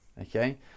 okay